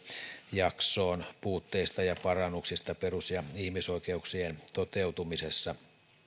jaksoon puutteista ja parannuksista perus ja ihmisoikeuksien toteutumisessa